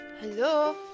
Hello